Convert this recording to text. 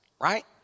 right